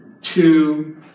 two